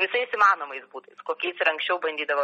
visais įmanomais būdais kokiais ir anksčiau bandydavo